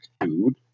dude